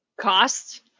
Cost